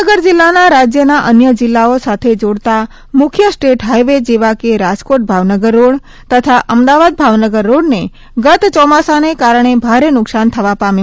ભાવનગર જિલ્લાના રાજ્યના અન્ય જિલ્લોઓ સાથે જોડતા મુખ્ય સ્ટેટ હાઇવે જેવા કે રાજકોટ ભાવનગર રોડ તથા અમદાવાદ ભાવનગર રોડને ગત ચોમાસાને કારણે ભારે નુકસાન થવા પાંમેલ